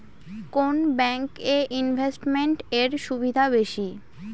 কোন ব্যাংক এ ইনভেস্টমেন্ট এর সুবিধা বেশি?